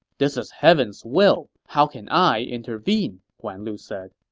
this is heaven's will how can i intervene? guan lu said